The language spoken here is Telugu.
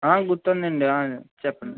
ఆ గుర్తుందండి చెప్పండి